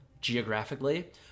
geographically